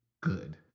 good